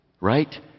Right